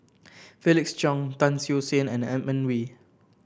Felix Cheong Tan Siew Sin and Edmund Wee